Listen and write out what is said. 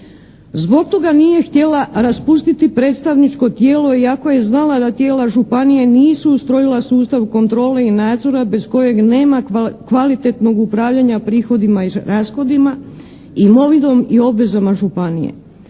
Zbog toga nije htjela raspustiti predstavničko tijelo iako je znala da tijela županije nisu ustrojila sustav kontrole i nadzora bez kojeg nema kvalitetnog upravljanja prihodima i rashodima, imovinom i obvezama županije.